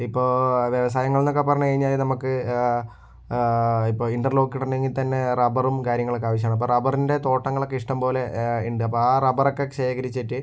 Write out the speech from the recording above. ഇപ്പോൾ വ്യവസായങ്ങൾ എന്നൊക്കെ പറഞ്ഞു കഴിഞ്ഞാൽ നമുക്ക് ഇപ്പോൾ ഇൻ്റർലോക്ക് ഇടണമെങ്കിൽ തന്നെ റബ്ബറും കാര്യങ്ങളൊക്കെ ആവശ്യമാണ് അപ്പോൾ റബ്ബറിൻ്റെ തോട്ടങ്ങൾ ഒക്കെ ഇഷ്ടം പോലെ ഉണ്ട് അപ്പം ആ റബ്ബർ ഒക്കെ ശേഖരിച്ചിട്ട്